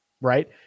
Right